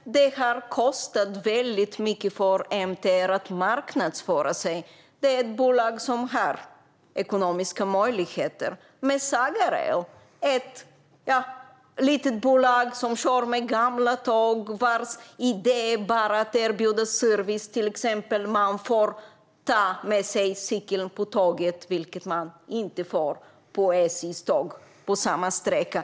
Det har kostat mycket för MTR att marknadsföra sig. Men det är ett bolag som har ekonomiska möjligheter medan Saga Rail är ett litet bolag som kör med gamla tåg och vars idé är att erbjuda service, till exempel att man får ta med cykel på tåget, vilket man inte får på SJ:s tåg på samma sträcka.